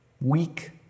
Weak